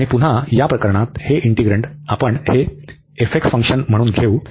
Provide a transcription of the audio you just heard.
आणि पुन्हा या प्रकरणात हे इंटीग्रन्ड आपण हे फंक्शन म्हणून घेऊ